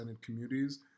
communities